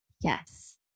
Yes